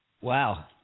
Wow